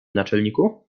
naczelniku